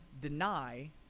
deny